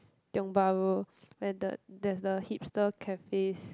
Tiong-Bahru where the there's a hipster cafes